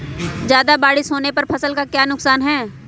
ज्यादा बारिस होने पर फसल का क्या नुकसान है?